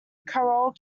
carole